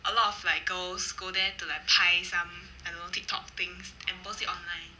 a lot of like girls go there to like 拍 some !hannor! TikTok things and post it online